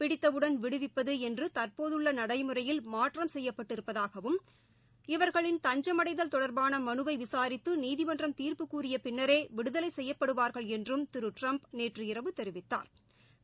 பிடித்தவுடன் விடுவிப்பது என்று தற்போதுள்ள நடைமுறையில் மாற்றம் செய்யப்பட்டிருப்பதாகவும் இவர்களின் தஞ்சம்டைதல் தொடர்பான மனுவை விசாரித்து நீதிமன்றம் தீர்ப்பு கூறிய பின்னரே விடுதலை செய்யப்படுவார்கள் என்றும் திரு ட்டிரம்ப் நேற்று இரவு தெரிவித்தாா்